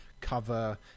cover